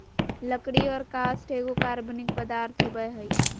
लकड़ी और काष्ठ एगो कार्बनिक पदार्थ होबय हइ